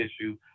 issue